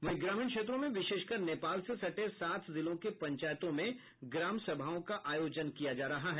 वहीं ग्रामीण क्षेत्रों में विशेषकर नेपाल से सटे सात जिलों के पंचायतों में ग्राम सभाओं का आयोजन किया जा रहा है